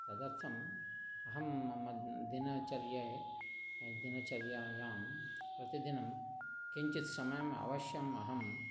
तदर्थम् अहं मम दिनचर्ये दिनचर्यायां प्रतिदिनं किञ्चित् समयम् अवश्यम् अहं